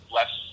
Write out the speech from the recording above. less